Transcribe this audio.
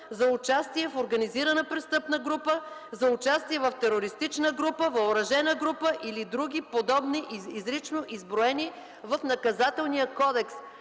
за участие в организирана престъпна група, за участие в терористична група, въоръжена група или други подобни, изрично изброени в Наказателния кодекс.